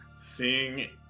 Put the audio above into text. Seeing